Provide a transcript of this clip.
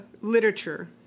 literature